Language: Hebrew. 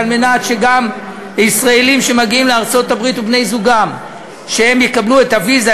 כדי שגם ישראלים שמגיעים לארצות-הברית ובני-זוגם יקבלו את הוויזה,